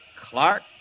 Clark